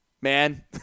man